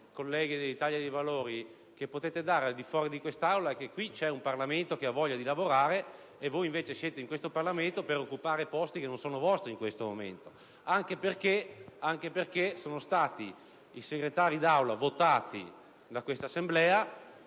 colleghi dell'Italia dei Valori, che potete dare al di fuori di quest'Aula è che qui c'è un Parlamento che ha voglia di lavorare e voi invece siete in questo Parlamento per occupare dei posti che non sono vostri in questo momento. *(Commenti del senatore Astore)*. I senatori Segretari d'Aula sono stati eletti da questa Assemblea,